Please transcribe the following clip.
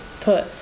put